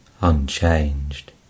unchanged